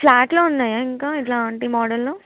ఫ్లాట్లో ఉన్నాయా ఇంకా ఇట్లాంటి మోడల్లో